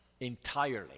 entirely